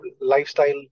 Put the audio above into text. lifestyle